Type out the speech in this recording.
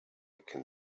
can